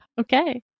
Okay